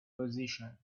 position